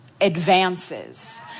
advances